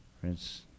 Prince